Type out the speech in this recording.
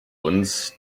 uns